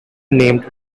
named